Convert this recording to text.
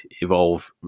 evolve